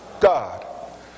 God